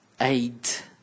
eight